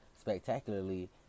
spectacularly